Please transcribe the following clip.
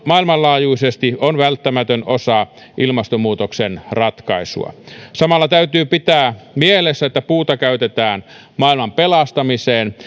maailmanlaajuisesti on välttämätön osa ilmastonmuutoksen ratkaisua samalla täytyy pitää mielessä että puuta käytetään maailman pelastamiseen